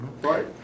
Right